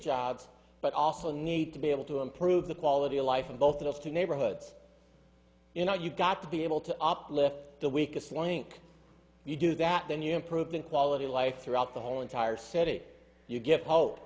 jobs but also need to be able to improve the quality of life in both of those two neighborhoods you know you've got to be able to uplift the weakest link you do that then you improve the quality of life throughout the whole entire city you give hope